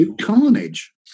carnage